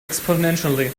exponentially